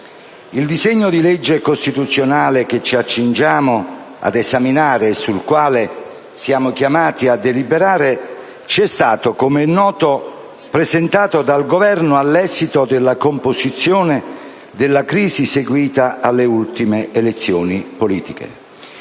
il disegno di legge costituzionale che ci accingiamo ad esaminare e sul quale siamo chiamati a deliberare ci è stato, com'è noto, presentato dal Governo all'esito della composizione della crisi seguita alle ultime elezioni politiche.